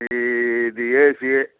ఈ ఇది ఏసీ